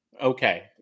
Okay